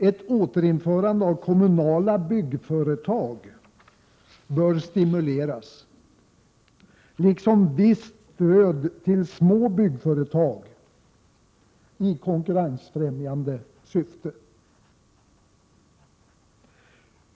Ett återinförande av kommunala byggföretag bör stimuleras liksom visst stöd till små byggföretag, i konkurrensfrämjande syfte.